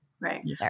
Right